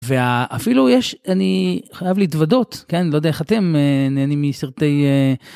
ואפילו יש, אני חייב להתוודות, כי אני לא יודע איך אתם נהנים מסרטי.